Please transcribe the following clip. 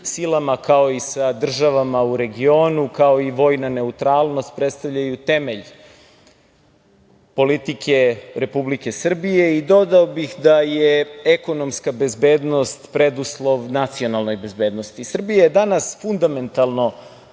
silama, kao i sa državama u regionu, kao i vojna neutralnost predstavljaju temelj politike Republike Srbije. Dodao bih i da je ekonomska bezbednost preduslov nacionalnoj bezbednosti. Srbija je danas fundamentalno